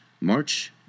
march